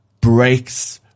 breaks